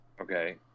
Okay